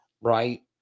Right